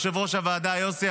יושב-ראש הוועדה יוסי,